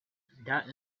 that